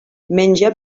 menja